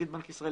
נגיד בנק ישראל,